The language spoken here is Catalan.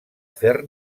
fer